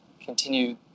continue